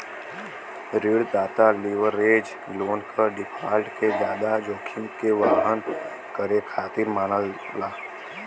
ऋणदाता leverage loan क default के जादा जोखिम के वहन करे खातिर मानला